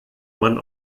man